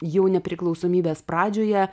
jau nepriklausomybės pradžioje